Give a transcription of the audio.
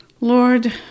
Lord